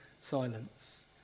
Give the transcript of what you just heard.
silence